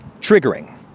triggering